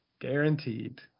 guaranteed